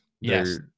Yes